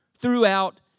throughout